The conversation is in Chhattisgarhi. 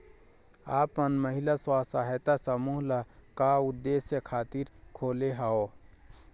आप मन महिला स्व सहायता समूह ल का उद्देश्य खातिर खोले हँव?